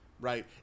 right